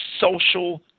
social